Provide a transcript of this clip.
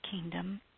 kingdom